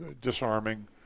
disarming